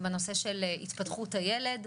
בנושא של התפתחות הילד,